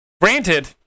Granted